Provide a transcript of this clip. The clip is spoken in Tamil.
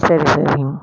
சரி சரிங்க